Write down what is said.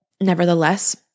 nevertheless